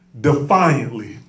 defiantly